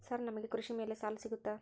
Sir ನಮಗೆ ಕೃಷಿ ಮೇಲೆ ಸಾಲ ಸಿಗುತ್ತಾ?